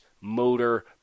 motor